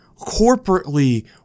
Corporately